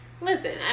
listen